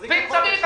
אם צריך,